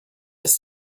ist